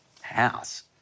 house